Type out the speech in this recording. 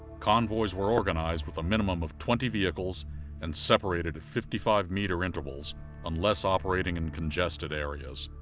convoys were organized with a minimum of twenty vehicles and separated at fifty-five meter intervals unless operating in congested areas.